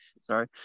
Sorry